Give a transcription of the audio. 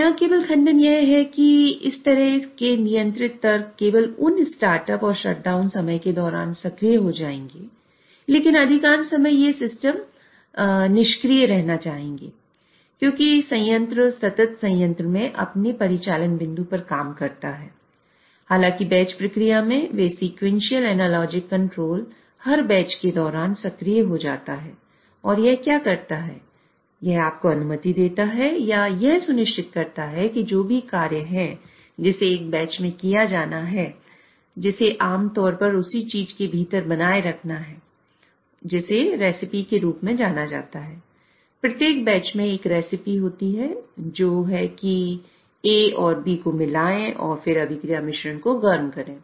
यहाँ केवल खंडन यह है कि इस तरह के नियंत्रित तर्क केवल उन स्टार्ट अप होती है जो है कि A और B को मिलाएं और फिर अभिक्रिया मिश्रण को गर्म करें